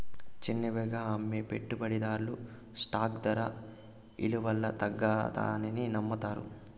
చిన్నవిగా అమ్మే పెట్టుబడిదార్లు స్టాక్ దర ఇలవల్ల తగ్గతాదని నమ్మతారు